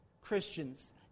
Christians